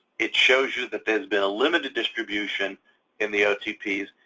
it shows you that there's been a limited distribution in the otps.